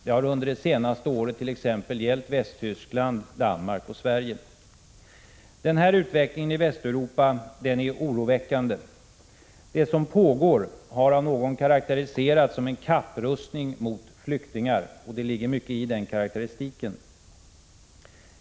Det har under det senaste året t.ex. gällt Västtyskland, Danmark och Sverige. Den här utvecklingen i Västeuropa är oroväckande. Det som pågår har karakteriserats som något av en kapprustning mot flyktingar, och det ligger mycket i den karakteristiken.